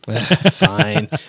Fine